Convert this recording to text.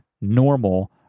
normal